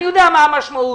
אני יודע מה המשמעות,